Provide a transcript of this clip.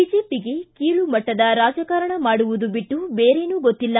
ಬಿಜೆಪಿಗೆ ಕೀಳುಮಟ್ಟದ ರಾಜಕಾರಣ ಮಾಡುವುದು ಬಿಟ್ಟು ಬೇರೇನು ಗೊತ್ತಿಲ್ಲ